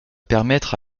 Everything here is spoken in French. permettre